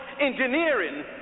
engineering